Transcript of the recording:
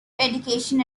education